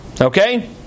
Okay